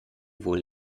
wohl